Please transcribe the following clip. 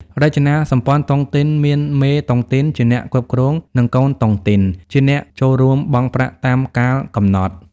រចនាសម្ព័ន្ធតុងទីនមាន "មេតុងទីន" ជាអ្នកគ្រប់គ្រង និង "កូនតុងទីន" ជាអ្នកចូលរួមបង់ប្រាក់តាមកាលកំណត់។